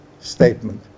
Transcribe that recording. statement